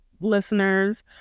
listeners